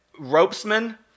ropesman